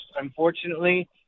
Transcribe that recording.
unfortunately